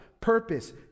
purpose